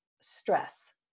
stress